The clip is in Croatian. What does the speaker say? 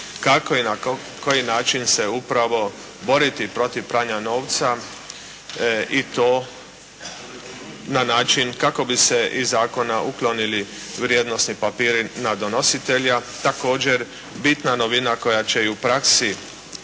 kako ina koji način se upravo boriti protiv pranja novca i to na način kako bi se iz Zakona uklonili vrijednosni papiri na donositelja, također bitna novina koja će u praksi